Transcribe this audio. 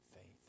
faith